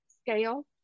scale